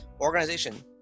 organization